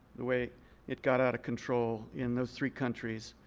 the way it got out of control in those three countries.